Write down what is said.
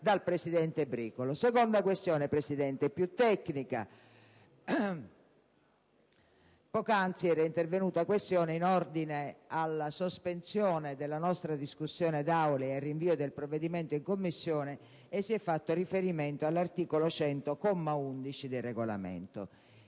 dal presidente Bricolo. La seconda questione è più tecnica, signor Presidente. Poc'anzi, era intervenuta questione in ordine alla sospensione della nostra discussione d'Aula e al rinvio del provvedimento in Commissione e si è fatto riferimento all'articolo 100, comma 11, del Regolamento.